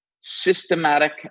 systematic